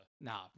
Nah